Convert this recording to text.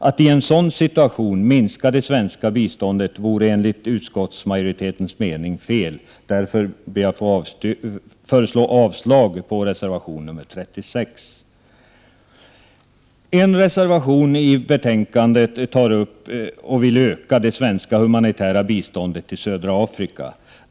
Att i en sådan situation minska det svenska biståndet vore enligt utskottsmajoritetens mening fel. Därför yrkar jag avslag på reservation nr 36. I en reservation vill man öka det svenska humanitära biståndet till södra Afrika.